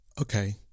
Okay